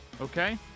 Okay